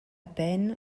peine